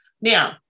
Now